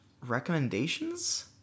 recommendations